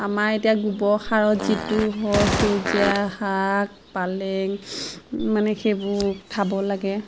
আমাৰ এতিয়া গোবৰ সাৰত যিটো হয় সেউজীয়া শাক পালেং মানে সেইবোৰ খাব লাগে